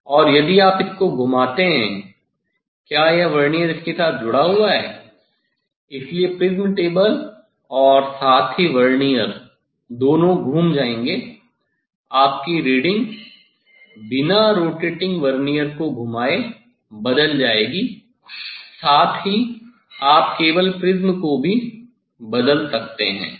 और यदि आप इसको घुमाते हैं क्या यह वर्नियर इसके साथ जुड़ा हुआ है इसलिए प्रिज़्म टेबल और साथ ही वर्नियर दोनों घूम जाएंगे आपकी रीडिंग बिना रोटेटिंग वर्नियर को घुमाये बदल जायेगी साथ ही आप केवल प्रिज्म को भी बदल सकते है